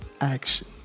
action